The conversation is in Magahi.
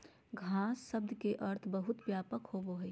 घास शब्द के अर्थ बहुत व्यापक होबो हइ